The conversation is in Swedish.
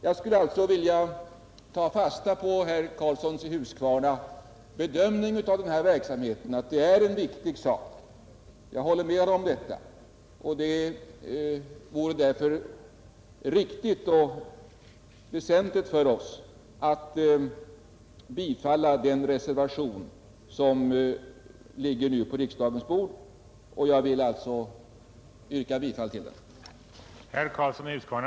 Jag skulle vilja ta fasta på herr Karlssons i Huskvarna bedömning av den här verksamheten, att det är en viktig sak, Detta håller jag med honom om, och det vore därför riktigt och väsentligt för oss att bifalla den reservation som nu ligger på riksdagens bord. Jag vill alltså yrka bifall till den.